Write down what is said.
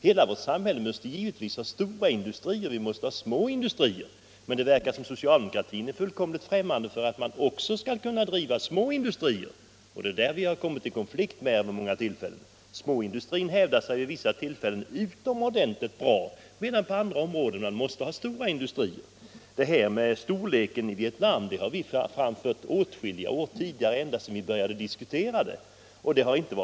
Hela vårt samhälle måste givetvis ha stora industrier och små industrier, men det verkar som om socialdemokratin är fullständigt främmande för att man också skall kunna driva småindustrier, och på den punkten har vi vid många tillfällen kommit i konflikt med dem. Småindustrin hävdar sig i vissa sammanhang utomordentligt bra medan man på andra områden måste ha stora industrier. Betänkligheterna mot storleken på pappersbruket i Nordvietnam har vi framfört åtskilliga år tidigare, ja, ända sedan vi började diskutera detta projekt.